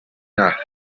nacht